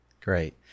great